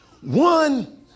One